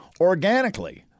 organically